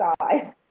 size